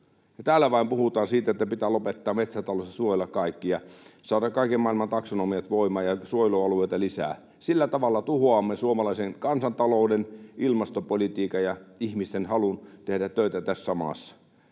täällä vain puhutaan siitä, että pitää lopettaa metsätalous ja suojella kaikkia, saada kaiken maailman taksonomiat voimaan ja suojelualueita lisää. Sillä tavalla tuhoamme suomalaisen kansantalouden, ilmastopolitiikan ja ihmisten halun tehdä töitä tässä samassa.